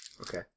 Okay